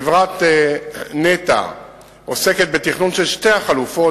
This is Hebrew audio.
חברת נת"ע עוסקת בתכנון של שתי החלופות.